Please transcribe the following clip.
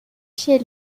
chez